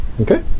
Okay